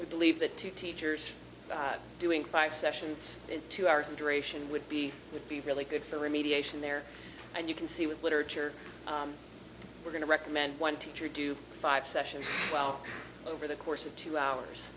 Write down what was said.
we believe that two teachers doing five sessions in two hours in duration would be would be really good for remediation there and you can see with literature we're going to recommend one teacher do five sessions well over the course of two hours